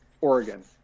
Oregon